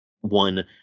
one